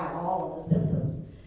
all of the symptoms,